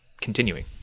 continuing